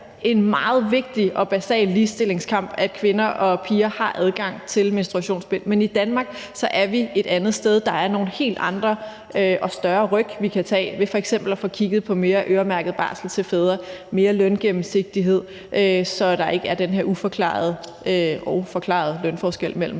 en meget vigtig og basal ligestillingskamp, at kvinder og piger har adgang til menstruationsbind, men i Danmark er vi et andet sted. Der er nogle helt andre og større ryk, vi kan tage ved f.eks. at få kigget på mere øremærket barsel til fædre og mere løngennemsigtighed, så der ikke er den her uforklarede – og forklarede